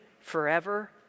forever